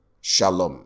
Shalom